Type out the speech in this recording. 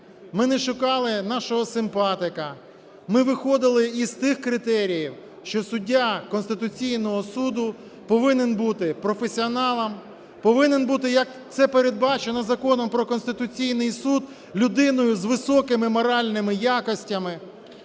ми не шукали нашого симпатика, ми виходили з тих критеріїв, що суддя Конституційного Суду повинен бути професіоналом, повинен бути, як це передбачено Законом "Про Конституційний Суд" людиною з високими моральними якостями,